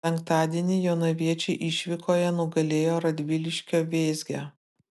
penktadienį jonaviečiai išvykoje nugalėjo radviliškio vėzgę